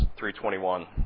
3:21